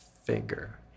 finger